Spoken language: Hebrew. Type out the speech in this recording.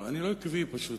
ואני לא עקבי פשוט,